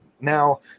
Now